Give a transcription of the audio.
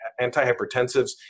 antihypertensives